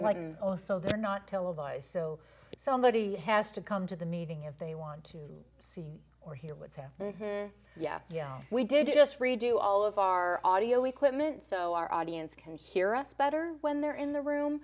and they're not televised so somebody has to come to the meeting if they want to see or hear what's happened yeah yeah we did just redo all of our audio equipment so our audience can hear us better when they're in the room